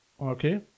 Okay